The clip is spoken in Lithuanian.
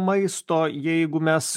maisto jeigu mes